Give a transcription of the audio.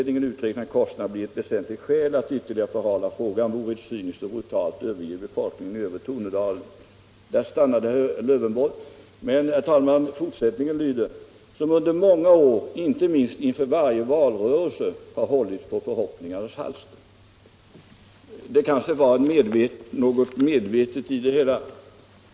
ningen uträknad kostnad bli ett väsentligt skäl att ytterligare förhala Torsdagen den frågan vore att cyniskt och brutalt överge befolkningen i övre Tornedalen 12 februari 1976 ===.” Där stannade herr Lövenborg, men fortsättningen lyder: ”—--- som under många år, inte minst inför varje valrörelse, har hållits på Om gruvdrift i förhoppningarnas halster.” Detta var kanske en medveten förkortning <Kaunisvaara av citatet.